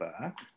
back